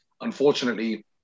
Unfortunately